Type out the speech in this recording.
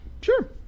Sure